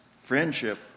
friendship